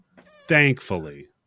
thankfully